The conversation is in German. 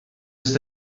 ist